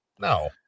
No